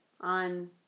on